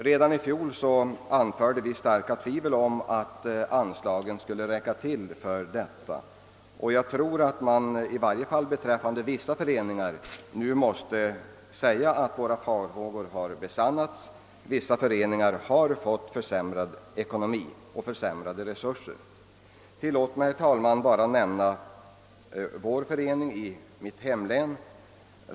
Redan i fjol anförde vi från centern starka tvivel på att anslagen skulle räcka till för de förutsatta uppgifterna, och jag tror att man i varje fall beträffande vissa föreningar måste säga att våra farhågor har besannats. Vissa föreningar har fått mycket försämrad ekonomi och minskade resurser. Tillåt mig, herr talman, bara nämna företagareför eningen i mitt hemlän.